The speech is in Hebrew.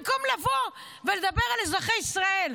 במקום לבוא ולדבר על אזרחי ישראל,